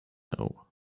now